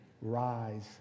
Rise